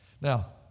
Now